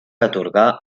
atorgar